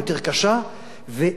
ואין דין ואין דיין,